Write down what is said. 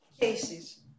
cases